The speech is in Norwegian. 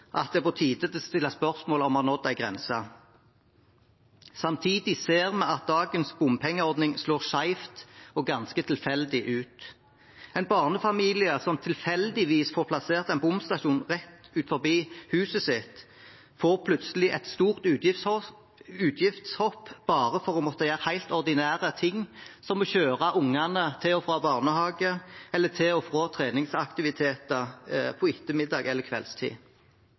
at det er på tide å stille spørsmål om vi har nådd en grense. Samtidig ser vi at dagens bompengeordning slår skjevt og ganske tilfeldig ut. En barnefamilie som tilfeldigvis får plassert en bomstasjon rett utenfor huset sitt, får plutselig et stort utgiftshopp bare for å måtte gjøre helt ordinære ting som å kjøre ungene til og fra barnehage, eller til og fra treningsaktiviteter på ettermiddags- eller kveldstid.